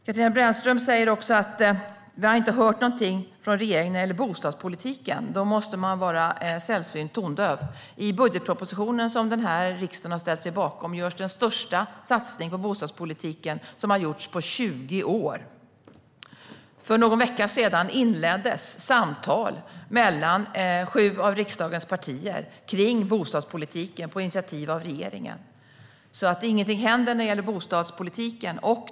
Katarina Brännström säger: Vi har inte hört någonting från regeringen när det gäller bostadspolitiken. Då måste man vara sällsynt tondöv. I budgetpropositionen som riksdagen har ställt sig bakom görs den största satsning på bostadspolitiken som har gjorts på 20 år. För någon vecka sedan inleddes samtal mellan sju av riksdagens partier om bostadspolitiken på initiativ av regeringen. Det stämmer inte att ingenting händer i bostadspolitiken.